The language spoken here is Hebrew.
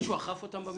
מישהו אכף אותן במשרד?